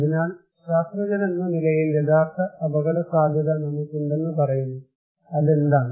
അതിനാൽ ശാസ്ത്രജ്ഞരെന്ന നിലയിൽ യഥാർത്ഥ അപകടസാധ്യത നമുക്കുണ്ടെന്ന് പറയുന്നു അതെന്താണ്